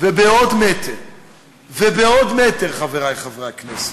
ובעוד מטר ובעוד מטר, חברי חברי הכנסת.